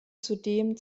zudem